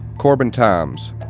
corbin times.